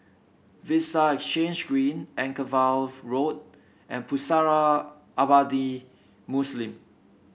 Vista Exhange Green Anchorvale Road and Pusara Abadi Muslim